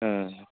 औ